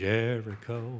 Jericho